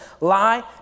lie